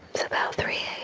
it's about three